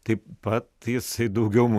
taip pat jisai daugiau